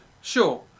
Sure